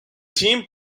team